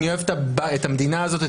אני אוהב את המדינה הזאת,